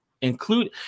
Include